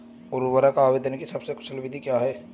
उर्वरक आवेदन की सबसे कुशल विधि क्या है?